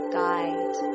guide